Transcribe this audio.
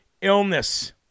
illness